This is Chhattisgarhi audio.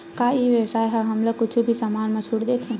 का ई व्यवसाय ह हमला कुछु भी समान मा छुट देथे?